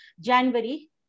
January